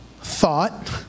thought